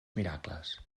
miracles